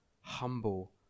Humble